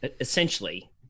essentially